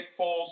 Foles